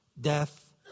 death